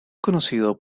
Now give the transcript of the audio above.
conocido